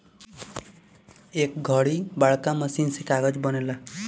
ए घड़ी बड़का मशीन से कागज़ बनेला